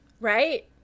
Right